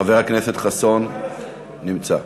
חבר הכנסת חסון נמצא.